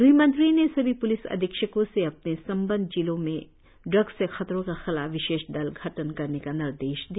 गृह मंत्री ने सभी प्लिस अधीक्षको से अपने संबंद जिलो में ड्ग्स से खतरो के खिलाफ विशेष दल गठण करने का निर्देश दिया